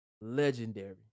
Legendary